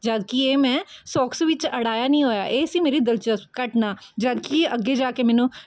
ਜਦ ਕਿ ਇਹ ਮੈਂ ਸੋਕਸ ਵਿੱਚ ਅੜਾਇਆ ਨਹੀਂ ਹੋਇਆ ਇਹ ਸੀ ਮੇਰੀ ਦਿਲਚਸਪ ਘਟਨਾ ਜਦ ਕਿ ਅੱਗੇ ਜਾ ਕੇ ਮੈਨੂੰ